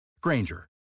Granger